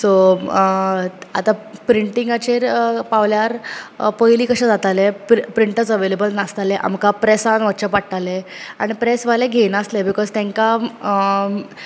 so आता प्रिन्टिंगाचेर पावल्यार पयलीं कशें जाताले प्र प्रिन्टर्स अवेलेबल नासताले आमकां प्रेसांत वचचें पडटालें आनी प्रेसवाले घेय नासले बिकॉज तेंका